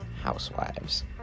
housewives